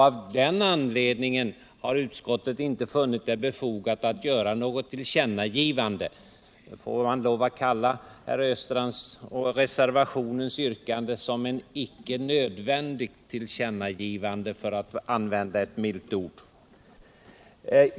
Av den anledningen har utskottet inte funnit det befogat att göra något tillkännagivande. Man får väl säga att herr Östrands och reservationens yrkande gäller ett icke nödvändigt tillkännagivande, för att använda ett milt uttryck.